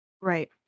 Right